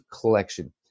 collection